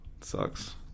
Sucks